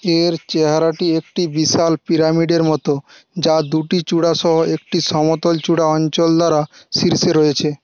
এর চেহারাটি একটি বিশাল পিরামিডের মতো যা দুটি চূড়াসহ একটি সমতল চূড়া অঞ্চল দ্বারা শীর্ষে রয়েছে